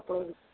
कपिड़ो